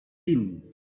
din